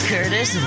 Curtis